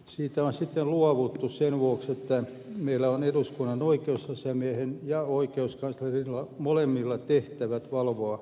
siitä on sitten luovuttu sen vuoksi että meillä on eduskunnan oikeusasiamiehellä ja oikeuskanslerilla molemmilla tehtävät valvoa tuomioistuimia